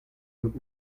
und